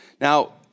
Now